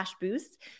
boost